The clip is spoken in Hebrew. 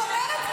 כן.